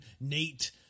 Nate